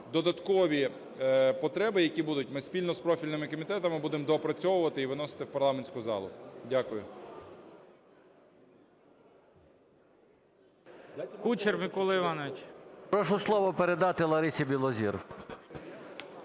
Додаткові потреби, які будуть, ми спільно з профільними комітетами будемо доопрацьовувати і виносити в парламентську залу. Дякую.